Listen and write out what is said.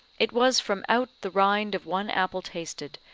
it was from out the rind of one apple tasted,